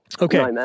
Okay